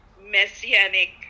Messianic